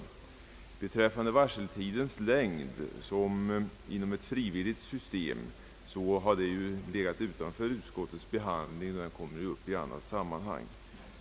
Spörsmålet om varseltidens längd inom ett frivilligt system har legat utanför utskottets behandling. Det kommer upp i annat sammanhang.